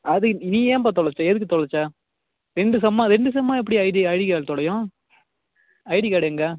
அது நீ ஏன்ப்பா தொலைச்ச எதற்கு தொலைச்ச ரெண்டு செம்மாக ரெண்டு செம்மாக எப்படி ஐடி ஐடி கார்ட் தொலையும் ஐடி கார்ட் எங்கே